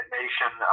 nation